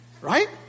Right